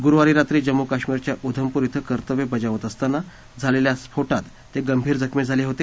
गुरुवारी रात्री जम्मू कश्मीरच्या उधमपूर क्वें कर्तव्य बजावत असताना झालेल्या स्फोटात ते गंभीर जखमी झाले होते